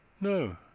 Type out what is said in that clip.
No